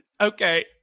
Okay